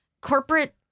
Corporate